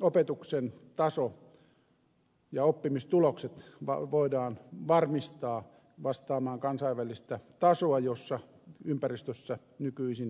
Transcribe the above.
opetuksen taso ja oppimistulokset voidaan varmistaa vastaamaan kansainvälistä tasoa missä ympäristössä nykyisin kilpailemme